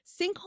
Sinkhole